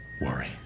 worry